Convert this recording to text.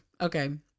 Okay